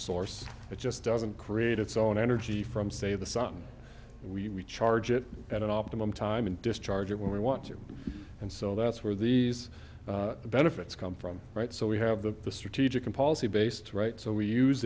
source it just doesn't create its own energy from say the sun we charge it at an optimum time and discharge it when we want to and so that's where these benefits come from right so we have the strategic and policy based right so we use